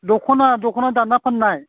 दख'ना दख'ना दाना फाननाय